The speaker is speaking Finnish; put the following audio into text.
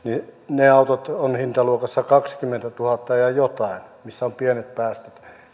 ne autot ovat hintaluokassa kaksikymmentätuhatta ja jotain missä on pienet päästöt